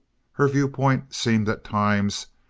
her view-point seemed, at times,